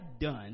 done